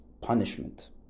punishment